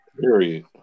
Period